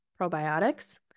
Probiotics